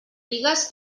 pigues